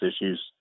issues